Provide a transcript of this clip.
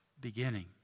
beginning